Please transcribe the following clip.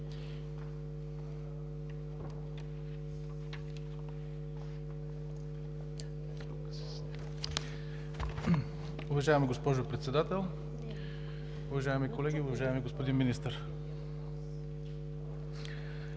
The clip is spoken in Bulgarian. Уважаема госпожо Председател, уважаеми колеги! Уважаеми господин Министър,